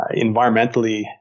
environmentally